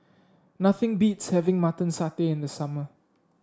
nothing beats having Mutton Satay in the summer